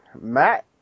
Matt